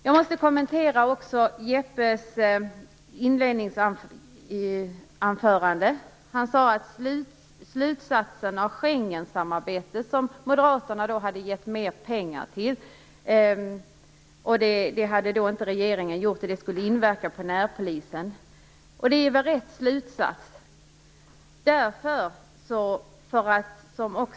Jag skall något kommentera Jeppe Johnssons inledningsanförande. Han sade att Moderaterna, i motsats till regeringen, hade gett mer pengar till Schengensamarbetet vilket skulle innebära på närpolisen. Den slutsatsen är nog riktig.